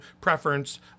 preference